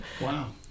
Wow